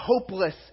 hopeless